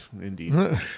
indeed